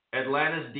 Atlanta's